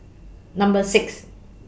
Number six